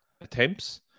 attempts